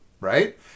Right